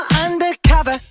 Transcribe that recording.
undercover